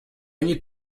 need